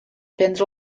prendre